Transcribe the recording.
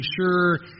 sure